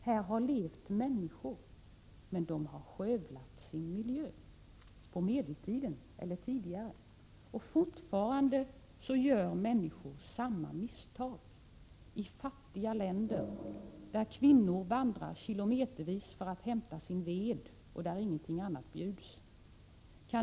Här har människor levt, men de har skövlat sin miljö — på medeltiden eller tidigare. Och fortfarande gör människor samma misstag i fattiga länder, där kvinnor vandrar kilometervis för att hämta sin ved och där ingenting annat bjuds.